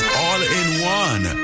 all-in-one